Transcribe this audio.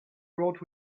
wrote